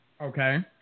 Okay